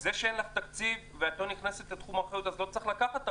זה שאין לך תקציב ואת לא נכנסת לתחום אחריות אז לא צריך לקחת אחריות.